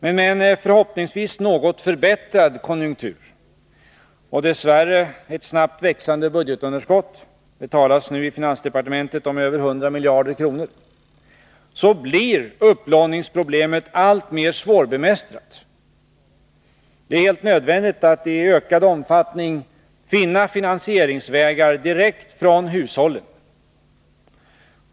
Men med en förhoppningsvis något förbättrad konjunktur och dess värre ett snabbt växande budgetunderskott — det talas nu i finansdepartementet om över 100 miljarder kronor — blir upplåningsproblemet alltmer svårbemästrat. Det är helt nödvändigt att i ökande omfattning finna finansieringsvägar direkt från hushållen.